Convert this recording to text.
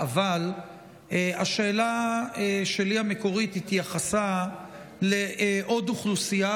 אבל השאלה המקורית שלי התייחסה לעוד אוכלוסייה,